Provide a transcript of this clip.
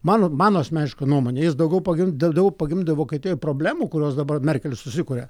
man mano asmeniška nuomone jis daugiau pagim dau daugiau pagimdo vokietijoje problemų kurios dabar merkel susikuria